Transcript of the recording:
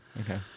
Okay